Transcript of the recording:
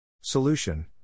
Solution